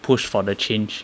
push for the change